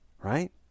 Right